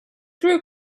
grew